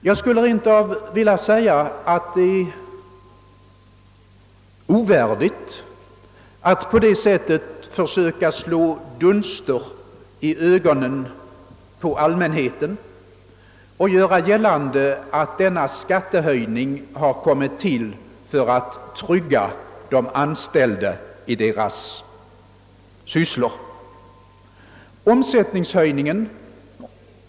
Jag skulle rent av vilja säga att det är ovärdigt att på det sättet försöka slå blå dunster i ögonen på allmänheten och göra gällande att denna skattehöjning kommit till för att trygga de anställda i deras sysselsättning.